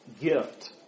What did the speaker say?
gift